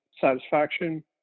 satisfaction